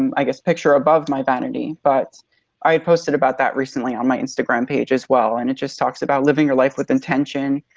i guess picture above my vanity. but i had posted about that recently on my instagram page as well and it just talks about living your life with intention,